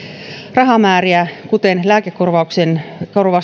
rahamääriä kuten lääkekorvausten